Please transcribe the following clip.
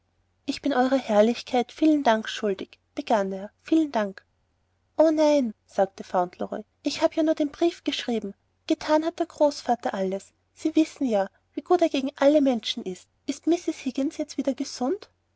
ich bin eurer herrlichkeit vielen dank schuldig begann er vielen dank o nein sagte fauntleroy ich habe ja nur den brief geschrieben gethan hat der großvater alles sie wissen ja wie gut er gegen alle menschen ist ist mrs higgins jetzt wieder gesund